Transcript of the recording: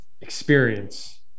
experience